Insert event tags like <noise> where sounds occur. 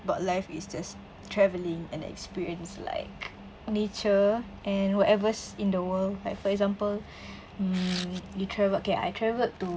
about life is just travelling and experience like nature and whatever's in the world like for example <breath> mm you travelled okay I travelled to